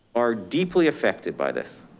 are deeply affected by this.